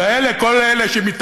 ואלה,